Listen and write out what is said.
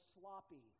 sloppy